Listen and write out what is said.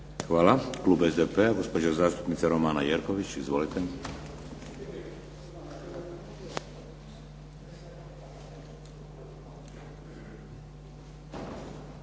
Hvala. Klub SDP-a, gospođa zastupnica Romana Jerković. Izvolite.